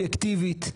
סובייקטיבית,